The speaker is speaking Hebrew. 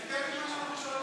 תתכתב עם מה שאנחנו שואלים אותך.